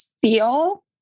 feel